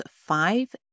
five